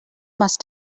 must